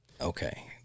Okay